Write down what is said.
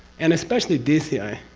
and especially dci,